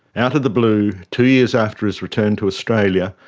out of the blue, two years after his return to australia,